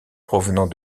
provenant